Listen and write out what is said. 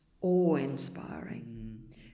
awe-inspiring